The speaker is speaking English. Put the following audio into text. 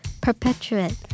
Perpetuate